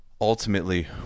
ultimately